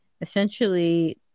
essentially